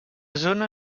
zona